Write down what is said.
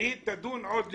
והיא תידון עוד לכישלון.